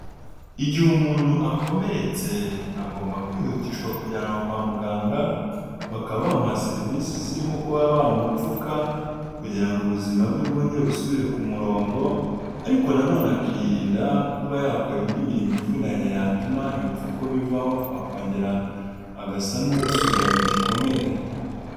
Igihe umuntu akomeretse, agomba kwihutishwa kujyanwa kwa muganga, bakaba bamuha serivisi zirimo kuba bamupfuka, kugira ubuzima bwe bwongere busubire ku murongo, ariko na nono akirinda kuba yakora indi mirimo ivunanye yatuma ibipfuko bivaho, akongera agasa n'usubiranye igikomere.